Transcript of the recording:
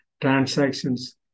transactions